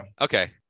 Okay